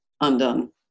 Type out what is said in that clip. undone